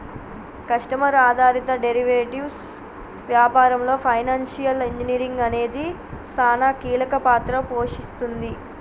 customer ఆధారిత derivatives వ్యాపారంలో financial engineering అనేది సానా కీలక పాత్ర పోషిస్తుంది